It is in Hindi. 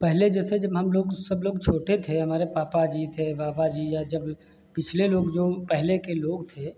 पहले जैसे जब हम लोग सब लोग छोटे थे हमारे पापा जी थे पापा जी या जब पिछले लोग जो पहले के लोग थे